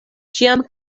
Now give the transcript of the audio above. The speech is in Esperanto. ĉiam